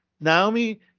Naomi